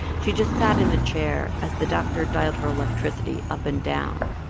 she just sat in a chair as the doctor dialed her electricity up and down.